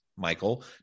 Michael